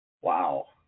Wow